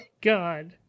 God